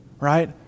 right